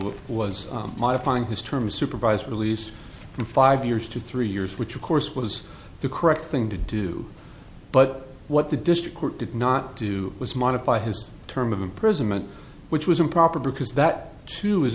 harlow was my fine his term supervised release from five years to three years which of course was the correct thing to do but what the district court did not do was modify his term of imprisonment which was improper because that too is